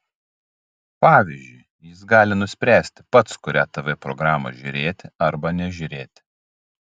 pavyzdžiui jis gali nuspręsti pats kurią tv programą žiūrėti arba nežiūrėti